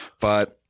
but-